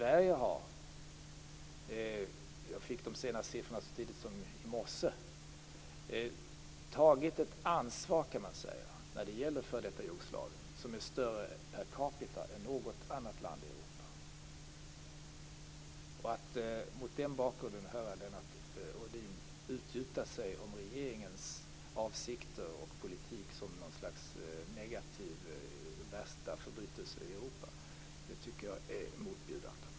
Sverige har - jag fick de senaste siffrorna så sent som i morse - tagit ett ansvar när det gäller f.d. Jugoslavien som är större per capita än något annat land i Europa. Att mot den bakgrunden höra Lennart Rohdin utgjuta sig om regeringens avsikter och politik som något slags värsta förbrytelse i Europa tycker jag är motbjudande.